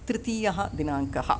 तृतीयदिनाङ्कः